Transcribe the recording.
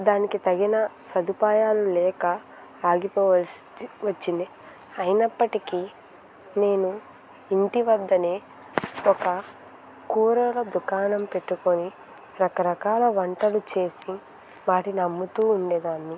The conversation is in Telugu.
దానికి తగిన సదుపాయాలు లేక ఆగిపోవాల్సి వచ్చింది అయినప్పటికీ నేను ఇంటి వద్దనే ఒక కూరల దుకాణం పెట్టుకొని రకరకాల వంటలు చేసి వాటిని అమ్ముతూ ఉండేదాన్ని